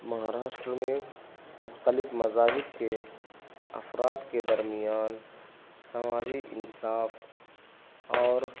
مہاراشٹر میں مختلف مذاہب کے اثرات کے درمیان سماجی انصاف اور